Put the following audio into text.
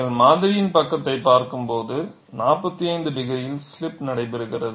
நீங்கள் மாதிரியின் பக்கத்தைப் பார்க்கும்போது 45 டிகிரியில் ஸ்லிப் நடைபெறுகிறது